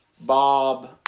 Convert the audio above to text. Bob